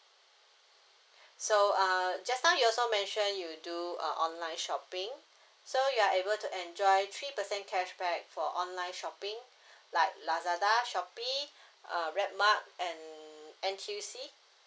so uh just now you also mentioned you do uh online shopping so you are able to enjoy three percent cashback for online shopping like lazada shopee uh redmart and N_T_U_C